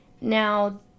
Now